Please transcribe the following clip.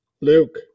Luke